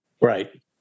Right